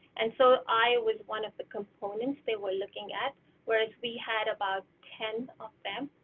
and so eye was one of the components, they were looking at whereas we had about ten of them.